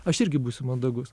aš irgi būsiu mandagus